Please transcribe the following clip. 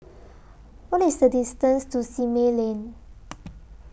What IS The distance to Simei Lane